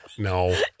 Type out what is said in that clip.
No